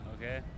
Okay